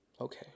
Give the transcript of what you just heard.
Okay